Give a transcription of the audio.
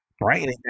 Right